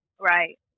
Right